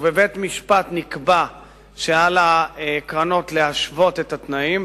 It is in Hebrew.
ובבית-משפט נקבע שעל הקרנות להשוות את התנאים,